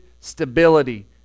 stability